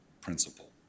principle